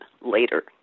later